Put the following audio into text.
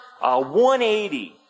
180